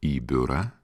į biurą